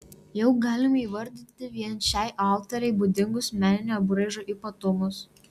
jau galima įvardyti vien šiai autorei būdingus meninio braižo ypatumus